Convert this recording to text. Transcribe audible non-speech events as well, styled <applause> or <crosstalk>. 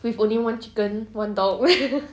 with only one chicken one dog <laughs>